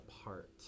apart